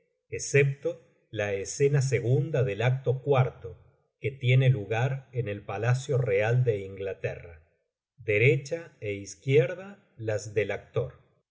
excepto la escena segunda del acto que tiene lugar en el palacio real de inglaterra irecha é izquierda las del actor